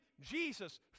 Jesus